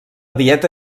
dieta